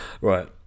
Right